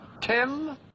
Tim